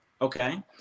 okay